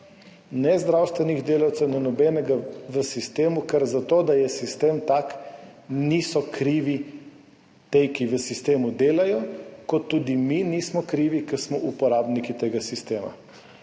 ne zdravstvenih delavcev ne nikogar v sistemu, ker za to, da je sistem tak, niso krivi ti, ki v sistemu delajo, kot tudi nismo krivi mi, ki smo uporabniki tega sistema.